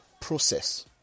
process